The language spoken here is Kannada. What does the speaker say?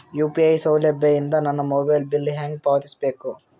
ಯು.ಪಿ.ಐ ಸೌಲಭ್ಯ ಇಂದ ನನ್ನ ಮೊಬೈಲ್ ಬಿಲ್ ಹೆಂಗ್ ಪಾವತಿಸ ಬೇಕು?